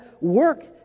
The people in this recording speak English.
work